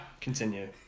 Continue